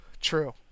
True